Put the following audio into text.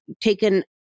taken